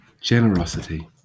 generosity